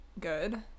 good